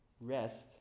Rest